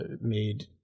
made